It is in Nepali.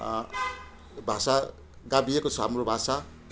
भाषा गाभिएको छ हाम्रो भाषा